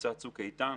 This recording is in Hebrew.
מבצע צוק איתן